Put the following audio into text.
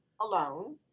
alone